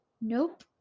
Nope